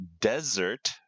desert